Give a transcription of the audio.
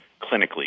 clinically